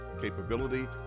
capability